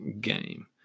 game